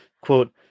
quote